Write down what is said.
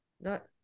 not-